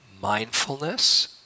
mindfulness